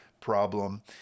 problem